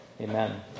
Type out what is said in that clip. Amen